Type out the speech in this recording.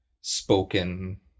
spoken